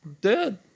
dead